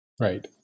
right